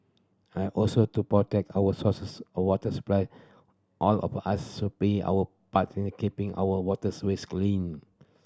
I also to protect our sources or water supply all of us should play our part in keeping our waters ways clean